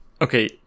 Okay